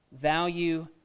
value